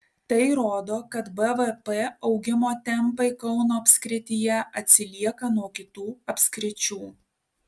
tai rodo kad bvp augimo tempai kauno apskrityje atsilieka nuo kitų apskričių